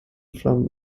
flammen